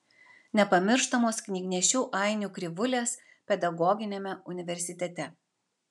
nepamirštamos knygnešių ainių krivulės pedagoginiame universitete